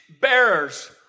bearers